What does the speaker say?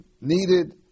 needed